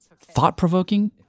thought-provoking